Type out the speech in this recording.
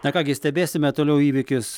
na ką gi stebėsime toliau įvykius